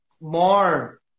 more